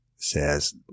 Says